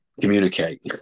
communicate